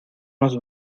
nos